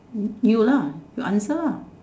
you lah you answer lah